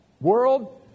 world